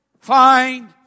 find